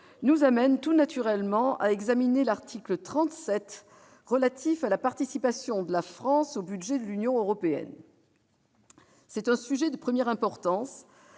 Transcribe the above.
nous amène, tout naturellement, à examiner l'article 37 relatif à la participation de la France au budget de l'Union européenne. C'est un sujet de première importance,